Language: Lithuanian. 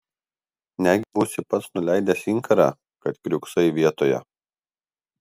negi būsi pats nuleidęs inkarą kad kiurksai vietoje